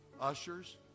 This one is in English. ushers